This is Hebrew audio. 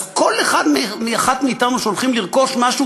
אז כל אחד ואחת מאתנו שהולכים לרכוש משהו,